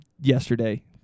yesterday